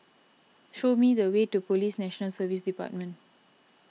show me the way to Police National Service Department